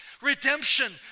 redemption